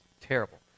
terrible